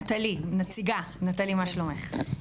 נטלי, נציגה, נטלי מה שלומך?